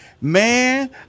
man